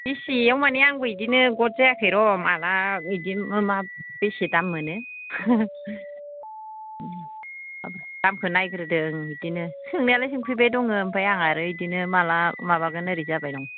बेसेआव माने आंबो बिदिनो गद जायाखै र' माला बिदि मा बेसे दाम मोनो दामखौ नायग्रोदों बिदिनो सोंनायालाय सोंफैबाय दङ ओमफ्राय आंहा आरो माला माबागोन ओरै जाबाय दं